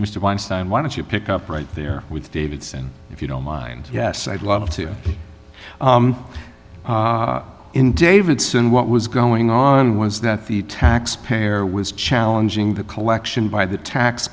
weinstein why don't you pick up right there with davidson if you don't mind yes i'd love to in davidson what was going on was that the tax payer was challenging the collection by the tax